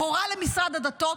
והורה למשרד הדתות,